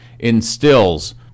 instills